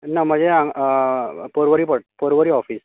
ना म्हजें हांगा परवरी पड परवरी ऑफीस